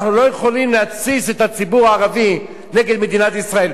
אנחנו לא יכולים להתסיס את הציבור הערבי נגד מדינת ישראל,